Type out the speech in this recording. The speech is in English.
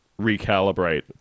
recalibrate